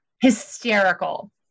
Hysterical